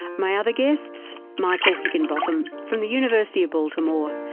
my other guests, michael higginbotham from the university of baltimore,